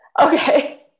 Okay